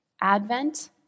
Advent